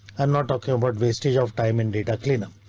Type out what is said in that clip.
i'm not talking about wastage of time in data cleanup.